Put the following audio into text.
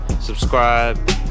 subscribe